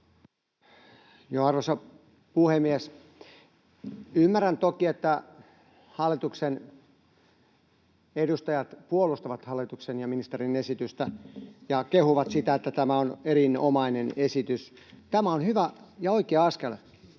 Arvoisa puhemies! Ymmärrän toki, että hallituksen edustajat puolustavat hallituksen ja ministerin esitystä ja kehuvat, että tämä on erinomainen esitys. Tämä on hyvä ja oikea askel,